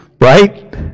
right